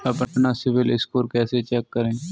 अपना सिबिल स्कोर कैसे चेक करें?